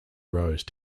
rose